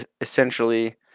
essentially